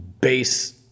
base